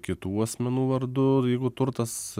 kitų asmenų vardu jeigu turtas